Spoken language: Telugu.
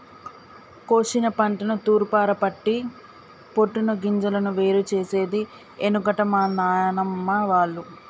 కోశిన పంటను తూర్పారపట్టి పొట్టును గింజలను వేరు చేసేది ఎనుకట మా నానమ్మ వాళ్లు